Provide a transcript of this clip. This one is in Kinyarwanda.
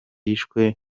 yishwe